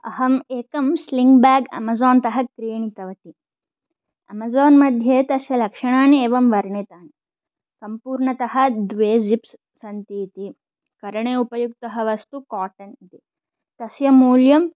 अहम् एकं sling bag अमेज़ान्तः क्रीणितवती अमेज़ान् मध्ये तस्य लक्षणानि एवं वर्णितानि सम्पूर्णतः द्वे जिप्स् सन्ति इति करणे उपयुक्तः वस्तु काटन् तस्य मूल्यं